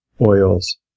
oils